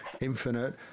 Infinite